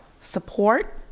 support